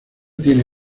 tiene